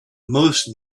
most